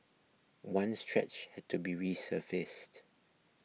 one stretch had to be resurfaced